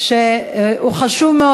שהוא חשוב מאוד,